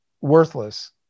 worthless